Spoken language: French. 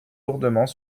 lourdement